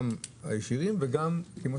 גם ישירים וגם כאשר